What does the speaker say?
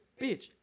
bitch